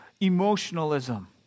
emotionalism